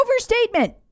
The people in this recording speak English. overstatement